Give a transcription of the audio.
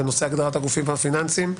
בנושא הגדרת הגופים הפיננסיים,